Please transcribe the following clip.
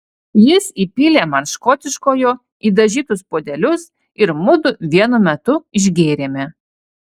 jis įpylė man škotiškojo į dažytus puodelius ir mudu vienu metu išgėrėme